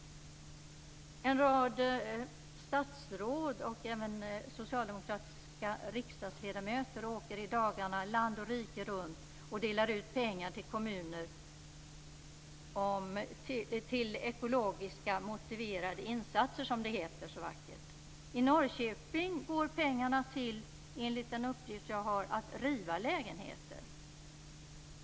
En rad statsråd och även socialdemokratiska riksdagsledamöter åker i dagarna land och rike runt och delar ut pengar till kommuner för ekologiskt motiverade insatser, som det så vackert heter. I Norrköping går pengarna enligt en uppgift jag har till att riva lägenheter.